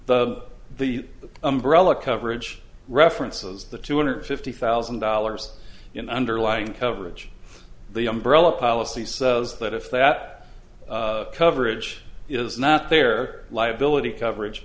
the the umbrella coverage references the two hundred fifty thousand dollars in underlying coverage the umbrella policy says that if that coverage is not their liability coverage